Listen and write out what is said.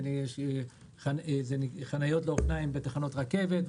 שיהיו חניות לאופניים בתחנות רכבת,